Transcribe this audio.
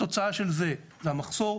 התוצאה של זה זה המחסור,